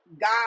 God